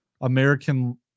American